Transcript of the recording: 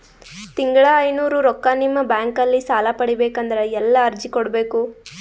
ತಿಂಗಳ ಐನೂರು ರೊಕ್ಕ ನಿಮ್ಮ ಬ್ಯಾಂಕ್ ಅಲ್ಲಿ ಸಾಲ ಪಡಿಬೇಕಂದರ ಎಲ್ಲ ಅರ್ಜಿ ಕೊಡಬೇಕು?